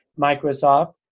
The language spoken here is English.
Microsoft